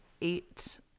eight